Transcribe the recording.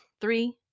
Three